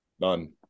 none